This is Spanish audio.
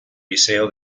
liceo